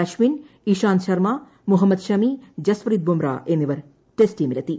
അശ്ചിൻ ഇഷാന്ത് ശർമ്മ മുഹമ്മദ് ഷമി ജസ്പ്രീത് ബുംറ എന്നിവർ ടെസ്റ്റ് ടീമിലെത്തി